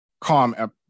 calm